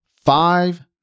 Five